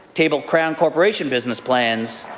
table crown corporation business plans.